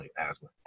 Asthma